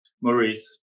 Maurice